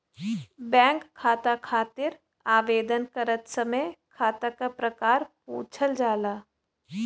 bank खाता खातिर आवेदन करत समय खाता क प्रकार पूछल जाला